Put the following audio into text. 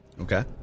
Okay